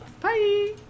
Bye